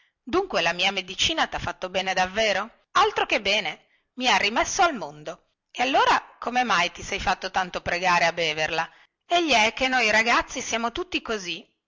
dunque la mia medicina tha fatto bene davvero altro che bene i ha rimesso al mondo e allora come mai ti sei fatto tanto pregare a beverla egli è che noi ragazzi siamo tutti così